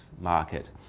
market